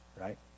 right